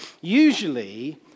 Usually